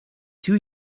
two